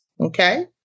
Okay